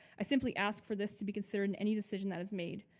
i simply ask for this to be considered in any decision that is made.